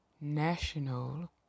national